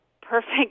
perfect